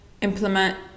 implement